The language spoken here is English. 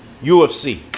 UFC